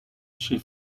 she